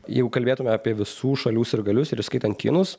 jeigu kalbėtume apie visų šalių sirgalius ir įskaitant kinus